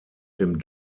dem